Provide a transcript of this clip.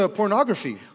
pornography